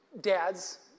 dads